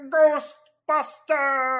Ghostbuster